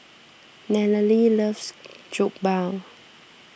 Nallely loves Jokbal